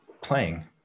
playing